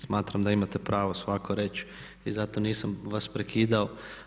Smatram da imate pravo svatko reći i zato nisam vas prekidao.